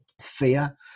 fear